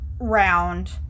round